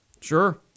Sure